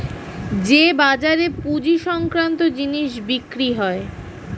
যে বাজারে পুঁজি সংক্রান্ত জিনিস বিক্রি হয়